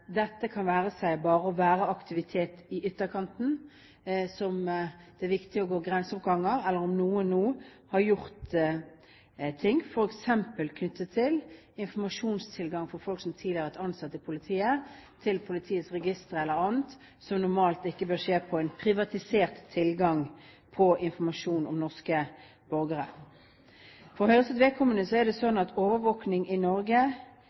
noen nå har gjort noe, f.eks. knyttet til folk som tidligere har vært ansatt i politiet, som har fått tilgang til politiets registre eller annet som normalt ikke bør skje med tanke på tilgang til privat informasjon om norske borgere. For Høyres vedkommende er det slik at overvåking i Norge